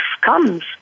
comes